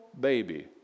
baby